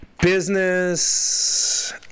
Business